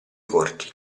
corti